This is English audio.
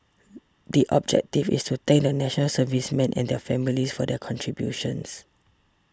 the objective is to thank the National Servicemen and their families for their contributions